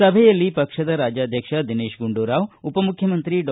ಸಭೆಯಲ್ಲಿ ಪಕ್ಷದ ರಾಜ್ಯಾಧ್ಯಕ್ಷ ದಿನೇತ ಗುಂಡೂರಾವ್ ಉಪ ಮುಖ್ಯಮಂತ್ರಿ ಡಾ